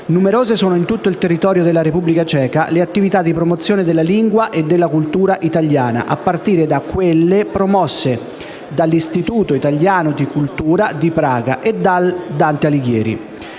Numerose sono, in tutto il territorio della Repubblica ceca, le attività di promozione della lingua e della cultura Italiana, a partire da quelle promosse dall'Istituto italiano di cultura di Praga e dalla «Dante Alighieri».